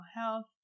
health